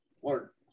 work